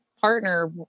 partner